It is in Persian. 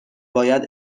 باید